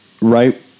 right